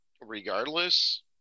regardless